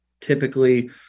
typically